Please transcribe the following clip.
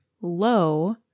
low